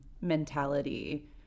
mentality